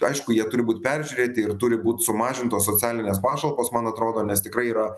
aišku jie turi būt peržiūrėti ir turi būt sumažintos socialinės pašalpos man atrodo nes tikrai yra